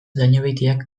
dañobeitiak